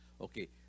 okay